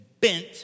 bent